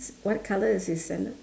what colour is his sandal